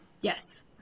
Yes